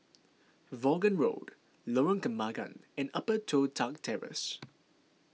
Vaughan Road Lorong Kembagan and Upper Toh Tuck Terrace